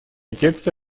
текста